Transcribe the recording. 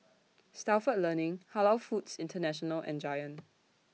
Stalford Learning Halal Foods International and Giant